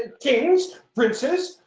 and kings, princes,